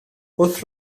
wrth